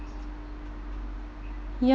ya